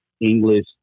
English